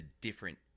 different